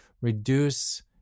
reduce